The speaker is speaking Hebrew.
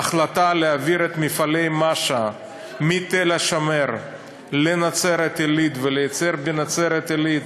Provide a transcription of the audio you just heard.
ההחלטה להעביר את מפעלי מש"א מתל-השומר לנצרת-עילית ולייצר בנצרת-עילית,